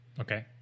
Okay